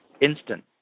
instant